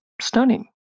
stunning